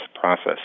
process